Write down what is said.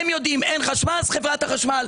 הם יודעים שאם אין חשמל חברת החשמל.